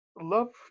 love